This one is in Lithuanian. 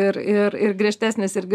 ir ir ir griežtesnės irgi